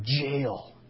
jail